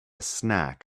snack